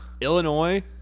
Illinois